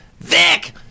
Vic